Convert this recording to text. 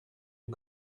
aux